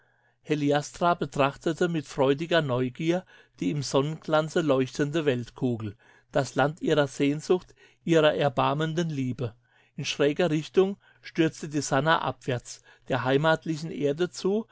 heliastra betrachtete mit freudiger neugier die im sonnenglanze leuchtende weltkugel das land ihrer sehnsucht ihrer erbarmenden liebe in schräger richtung stürzte die sannah abwärts der heimatlichen erde zu